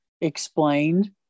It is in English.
explained